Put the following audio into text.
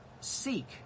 Seek